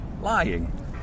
lying